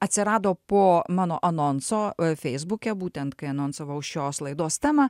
atsirado po mano anonso feisbuke būtent kai anonsavau šios laidos temą